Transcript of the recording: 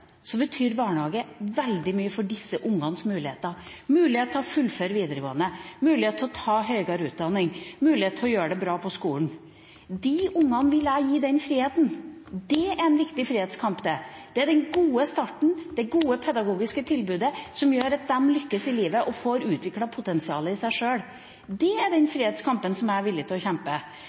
så mye fra eller til, men for alle dem med dårlig råd betyr barnehage veldig mye for deres ungers muligheter – mulighet til å fullføre videregående, mulighet til å ta høyere utdanning, mulighet til å gjøre det bra på skolen. De ungene vil jeg gi den friheten, det er en viktig frihetskamp. Det er den gode starten, det gode pedagogiske tilbudet, som gjør at de lykkes i livet og får utviklet potensialet i seg sjøl. Det er den friheten som jeg er villig